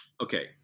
Okay